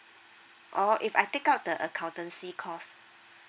oh if I take up the accountancy course